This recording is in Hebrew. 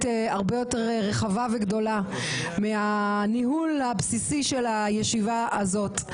הרבה יותר רחבה וגדולה מהניהול הבסיסי של הישיבה הזאת.